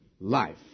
Life